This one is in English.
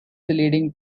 leading